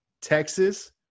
Texas